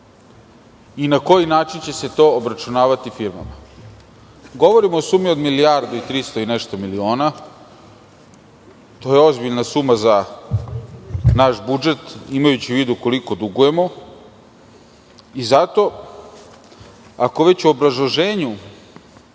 i na koji način će se to obračunavati firmama. Govorimo o sumi od milijardu i trista i nešto miliona, to je ozbiljna suma za naš budžet, imajući u vidu koliko dugujemo i zato, ako već u obrazloženju